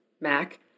Mac